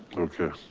okay,